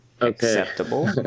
acceptable